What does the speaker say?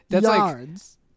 yards